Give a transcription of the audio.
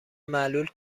معلول